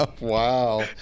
Wow